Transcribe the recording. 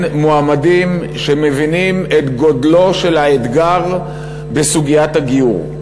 מועמדים שמבינים את גודלו של האתגר בסוגיית הגיור,